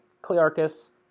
Clearchus